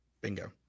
Bingo